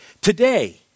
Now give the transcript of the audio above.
Today